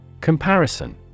Comparison